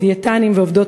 דיאטנים ועובדות